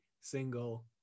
single